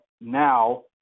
now